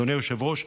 אדוני היושב-ראש,